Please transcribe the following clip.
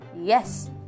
Yes